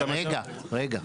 רגע, רגע, רגע.